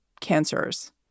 cancers